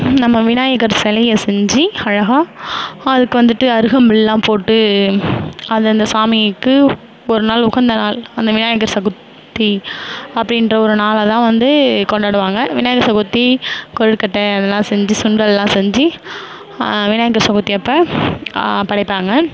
நம்ம விநாயகர் சிலைய செஞ்சு அழகாக அதுக்கு வந்துட்டு அருகம்புல்லாம் போட்டு அது அந்த சாமிக்கு ஒரு நாள் உகந்த நாள் அந்த விநாயகர் சதுர்த்தி அப்படீன்ற ஒரு நாளெலலாம் வந்து கொண்டாடுவாங்க விநாயகர் சதுர்த்தி கொழுக்கட்டை அதலாம் செஞ்சு சுண்டல்லாம் செஞ்சு விநாயகர் சதுர்த்தி அப்போ படைப்பாங்க